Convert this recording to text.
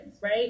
right